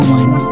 one